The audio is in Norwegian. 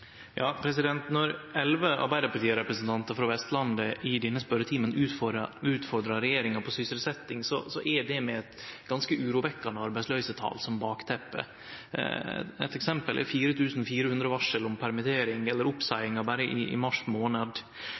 Når elleve arbeidarpartirepresentantar frå Vestlandet i denne spørjetimen utfordrar regjeringa på sysselsetjing, er det med eit ganske urovekkjande arbeidsløysetal som bakteppe. Eit eksempel er 4 400 varsel om permittering eller oppseiingar berre i mars månad.